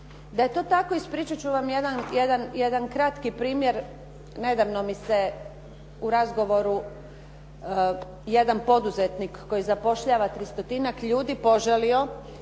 Da je to tako, ispričat ću vam jedan kratki primjer. Nedavno mi se u razgovoru jedan poduzetnik koji zapošljava tristotinjak ljudi požalio